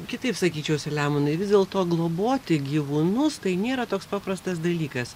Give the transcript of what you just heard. kitaip sakyčiau selemonai vis dėlto globoti gyvūnus tai nėra toks paprastas dalykas